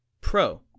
Pro